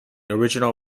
original